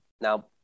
Now